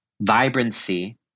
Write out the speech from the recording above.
vibrancy